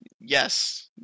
Yes